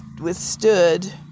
withstood